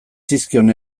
zizkion